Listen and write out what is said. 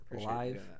live